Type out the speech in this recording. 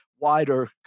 wider